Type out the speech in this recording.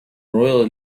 royal